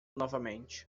novamente